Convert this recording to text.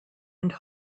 and